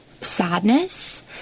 sadness